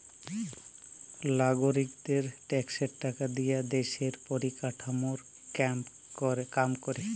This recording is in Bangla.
লাগরিকদের ট্যাক্সের টাকা দিয়া দ্যশের পরিকাঠামর কাম ক্যরে